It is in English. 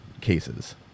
cases